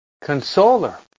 consoler